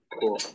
cool